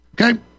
Okay